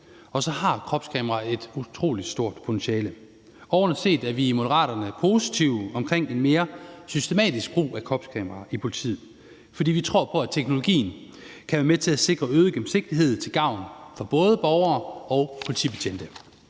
Og så har kropskameraer et utrolig stort potentiale. Overordnet set er vi i Moderaterne positive over for en mere systematisk brug af kropskameraer i politiet, fordi vi tror på, at teknologien kan være med til at sikre øget gennemsigtighed til gavn for både borgere og politibetjente.